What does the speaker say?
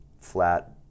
flat